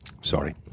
sorry